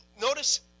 notice